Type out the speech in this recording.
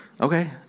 Okay